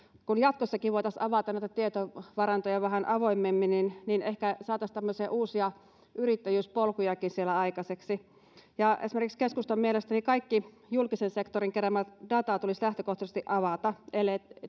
jos jatkossakin voitaisiin avata näitä tietovarantoja vähän avoimemmin niin niin ehkä saataisiin tämmöisiä uusia yrittäjyyspolkujakin siellä aikaiseksi esimerkiksi keskustan mielestä kaikki julkisen sektorin keräämä data tulisi lähtökohtaisesti avata ellei